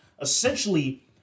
essentially